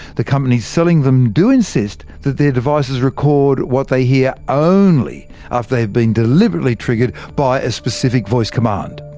the companies selling them do insist that their devices record what they hear only after they have been deliberately triggered by a specific voice command.